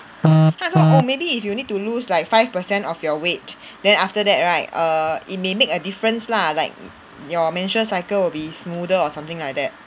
他还说 oh maybe if you need to lose like five per cent of your weight then after that right err it may make a difference lah like your menstrual cycle will be smoother or something like that